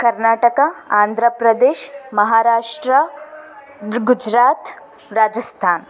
Karnataka Andhra Pradesh Maharashtra Gujarat Rajasthan